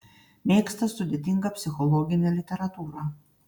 mėgsta sudėtingą psichologinę literatūrą